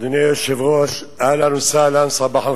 אדוני היושב-ראש, אהלן וסהלן, סבאח אל-ח'יר,